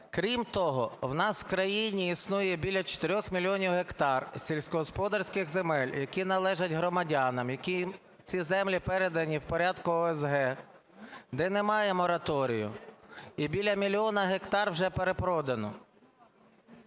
Крім того, в нас у країні існує біля 4 мільйонів гектарів сільськогосподарських земель, які належать громадянам, яким ці землі передані в порядку ОСГ, де немає мораторію, і біля мільйона гектарів вже перепродано.